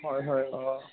হয় হয় অঁ